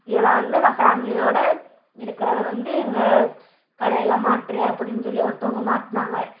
இதில் வந்து நான் ஃபேமிலியோட இருக்கிறத வந்து எங்கள் கடையில் மாட்டுறேன் அப்படின்னு சொல்லி ஒருத்தவங்கள் மாட்டினாங்க